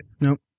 Nope